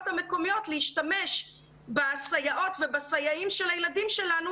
המקומיות להשתמש בסייעות ובסייעים של הילדים שלנו